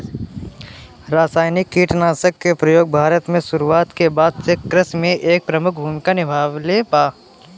रासायनिक कीटनाशक के प्रयोग भारत में शुरुआत के बाद से कृषि में एक प्रमुख भूमिका निभाइले बा